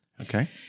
Okay